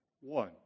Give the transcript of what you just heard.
one